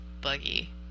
buggy